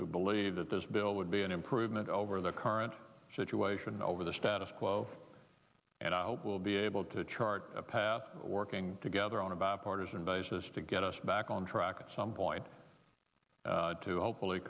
who believe that this bill would be an improvement over the current situation over the status quo and i hope we'll be able to chart a path working together on a bipartisan basis to get us back on track at some point to hopefully